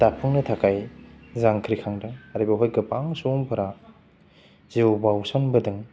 दाफुंनो थाखाय जांख्रिखांदों आरो बेवहाय गोबां सुबुंफोरा जिउ बावसोम बोदों